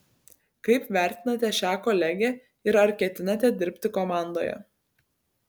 kaip vertinate šią kolegę ir ar ketinate dirbti komandoje